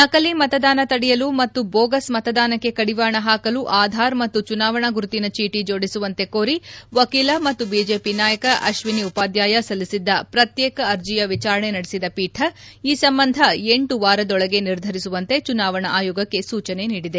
ನಕಲಿ ಮತದಾನ ತಡೆಯಲು ಮತ್ತು ಬೋಗಸ್ ಮತದಾನಕ್ಕೆ ಕಡಿವಾಣ ಹಾಕಲು ಆಧಾರ್ ಮತ್ತು ಚುನಾವಣಾ ಗುರುತಿನ ಚೀಟಿ ಜೋಡಿಸುವಂತೆ ಕೋರಿ ವಕೀಲ ಮತ್ತು ಬಿಜೆಪಿ ನಾಯಕ ಅಶ್ವಿನಿ ಉಪಾಧ್ಯಾಯ ಸಲ್ಲಿಸಿದ್ದ ಪ್ರತ್ಯೇಕ ಅರ್ಜಿಯ ವಿಚಾರಣೆ ನಡೆಸಿದ ಪೀಠ ಈ ಸಂಬಂಧ ಎಂಟು ವಾರದೊಳಗೆ ನಿರ್ಧರಿಸುವಂತೆ ಚುನಾವಣಾ ಆಯೋಗಕ್ಕೆ ಸೂಚನೆ ನೀಡಿದೆ